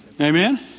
Amen